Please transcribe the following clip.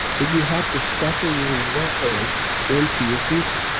that you have to suffer your way into your future.